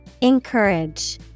Encourage